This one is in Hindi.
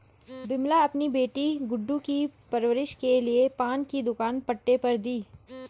विमला अपनी बेटी गुड्डू की परवरिश के लिए पान की दुकान पट्टे पर दी